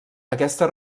aquesta